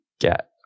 get